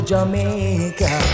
Jamaica